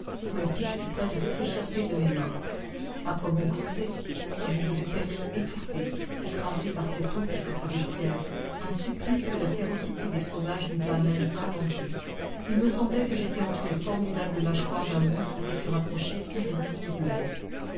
mon pic fut près de s'échapper de mes mains a quoi bon creuser si je devais périr étouffé écrasé par cette eau qui se faisait pierre un supplice que la férocité des sauvages n'eût pas même inventé il me semblait que j'étais entre les formidables mâchoires d'un monstre qui se rapprochaient irrésistiblement